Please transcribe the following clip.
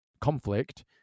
conflict